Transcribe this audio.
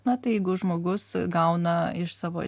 na tai jeigu žmogus gauna iš savo